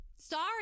sorry